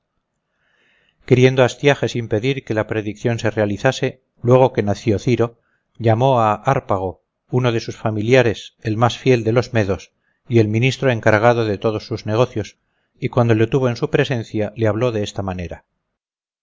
queriendo astiages impedir que la predicción se realizase luego que nació ciro llamó a hárpago uno de sus familiares el más fiel de los medos y el ministro encargado de todos sus negocios y cuando le tuvo en su presencia le habló de esta manera